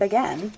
Again